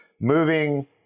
moving